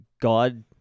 God